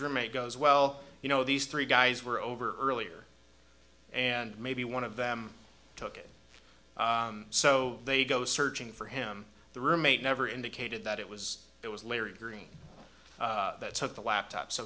roommate goes well you know these three guys were over earlier and maybe one of them took it so they go searching for him the roommate never indicated that it was it was larry greene that took the laptop so